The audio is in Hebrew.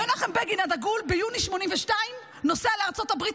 מנחם בגין הדגול, ביוני 1982 נוסע לארצות הברית.